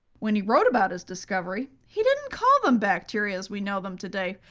when he wrote about his discovery, he didn't call them bacteria, as we know them today.